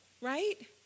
right